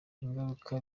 ingaruka